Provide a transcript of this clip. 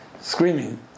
screaming